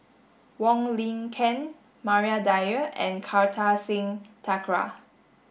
Wong Lin Ken Maria Dyer and Kartar Singh Thakral